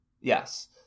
Yes